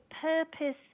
purpose